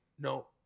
No